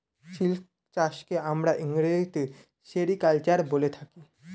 silk চাষকে আমরা ইংরেজিতে সেরিকালচার বলে থাকি